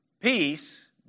Peace